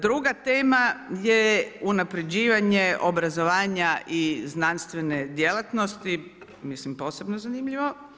Druga tema je unapređivanje obrazovanja i znanstvene djelatnosti, mislim posebno zanimljivo.